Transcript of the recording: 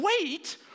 wait